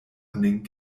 running